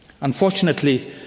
Unfortunately